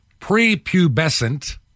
prepubescent